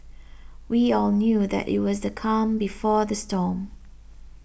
we all knew that it was the calm before the storm